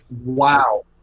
Wow